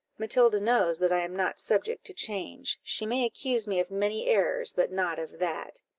matilda knows that i am not subject to change she may accuse me of many errors, but not of that.